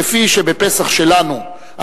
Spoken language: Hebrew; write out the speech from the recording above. כפי שבפסח שלנו,